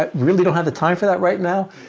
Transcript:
but really don't have the time for that right now!